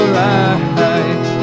right